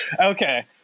Okay